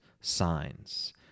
signs